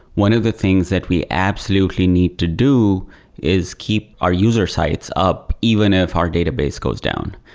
one of the things that we absolutely need to do is keep our user sites up even if our database goes down.